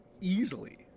easily